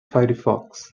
firefox